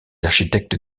architectes